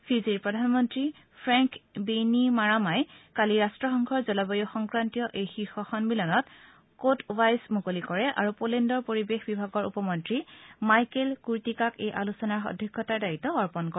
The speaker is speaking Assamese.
ফিজিৰ প্ৰধানমন্ত্ৰী ফ্ৰেংক বেইনীমাৰামাই কালি ৰাষ্ট্ৰসংঘৰ জলবায়ু সংক্ৰান্তীয় এই শীৰ্ষ সন্মিলন কটৱাইচ মুকলি কৰে আৰু প'লেণ্ডৰ পৰিৱেশ বিভাগৰ উপ মন্নী মাইকেল কূৰ্টিকাক এই আলোচনাৰ অধ্যক্ষতাৰ দায়িত্ব অৰ্পন কৰে